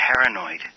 paranoid